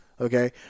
okay